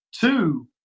Two